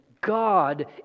God